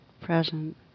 present